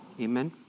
Amen